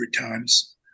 times